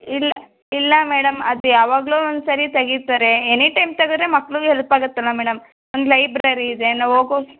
ಇಲ್ಲ ಇಲ್ಲ ಮೇಡಮ್ ಅದು ಯಾವಾಗಲೋ ಒಂದು ಸಾರಿ ತೆಗೀತಾರೆ ಎನಿಟೈಮ್ ತೆಗದ್ರೆ ಮಕ್ಳಿಗು ಹೆಲ್ಪ್ ಆಗುತ್ತಲ ಮೇಡಮ್ ಒಂದು ಲೈಬ್ರೆರಿ ಇದೆ